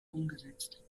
umgesetzt